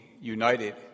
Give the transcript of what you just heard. united